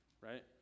Right